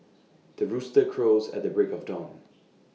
the rooster crows at the break of dawn